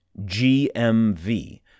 GMV